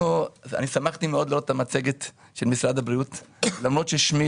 שמחתי מאוד לראות את המצגת של משרד הבריאות למרות ששמי